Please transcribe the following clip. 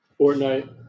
Fortnite